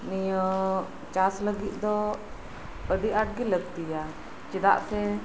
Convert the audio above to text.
ᱱᱤᱭᱟᱹ ᱪᱟᱥ ᱞᱟᱹᱜᱤᱫ ᱫᱚ ᱟᱹᱰᱤ ᱟᱴᱜᱤ ᱞᱟᱹᱠᱛᱤᱭᱟ ᱪᱮᱫᱟᱜ ᱥᱮ